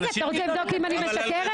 אתה רוצה לבדוק אם אני משקרת?